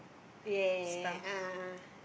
ya ya ya a'ah